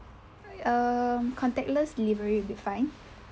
um contactless delivery would be fine